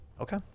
okay